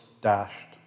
dashed